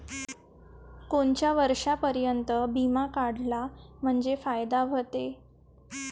कोनच्या वर्षापर्यंत बिमा काढला म्हंजे फायदा व्हते?